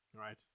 right